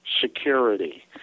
security